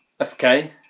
Okay